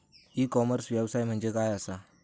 E commerce व्यवसाय म्हणजे काय असा?